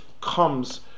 comes